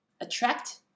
attract